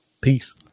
peace